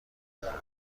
داره